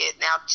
now